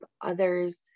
others